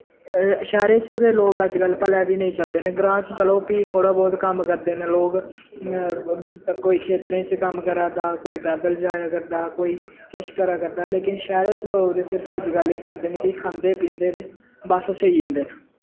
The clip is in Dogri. शैह्रें च ते लोक अज्ज्कल भलेआं बी नेईं चलदे न ग्रांऽ च चलो फ्ही थोह्ड़ा बोह्त कम्म करदे न लोक कोई खेत्तरें च कम्म करा दा कोई पैदल जाया करदा कोई किश करा करदा लेकिन शैह्रें च लोक ते सिर्फ अज्ज्कल एह् करदे न कि खांदे पींदे ते बस सेई जंदे न